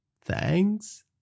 Thanks